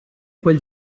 quel